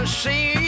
see